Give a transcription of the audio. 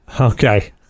Okay